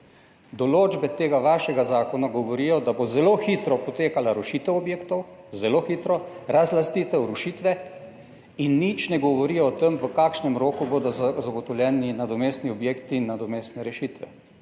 Določbe tega vašega zakona govorijo, da bo zelo hitro potekala rušitev objektov, zelo hitro, razlastitev rušitve in nič ne govori o tem, v kakšnem roku bodo zagotovljeni nadomestni objekti in nadomestne rešitve.